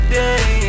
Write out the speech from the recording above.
day